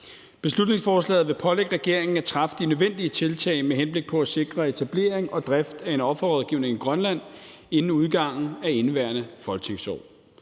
Beslutningsforslaget vil pålægge regeringen at gøre de nødvendige tiltag med henblik på at sikre etablering og drift af en offerrådgivning i Grønland inden udgangen af indeværende folketingsår.